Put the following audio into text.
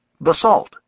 basalt